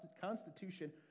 Constitution